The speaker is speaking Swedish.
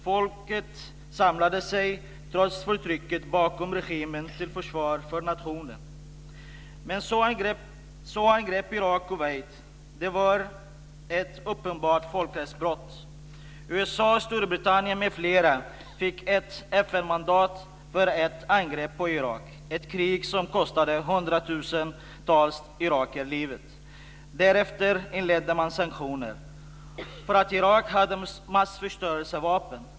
Folket samlade sig - trots förtrycket - bakom regimen till försvar för nationen. Men så angrep Irak Kuwait. Det var ett uppenbart folkrättsbrott. USA, Storbritannien m.fl. fick FN-mandat för ett angrepp på Irak, ett krig som kostade hundratusentals irakier livet. Därefter inledde man sanktioner för att Irak hade massförstörelsevapen.